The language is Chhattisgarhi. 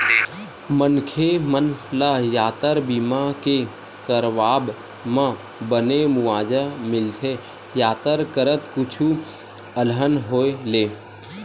मनखे मन ल यातर बीमा के करवाब म बने मुवाजा मिलथे यातर करत कुछु अलहन होय ले